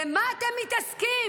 במה אתם מתעסקים?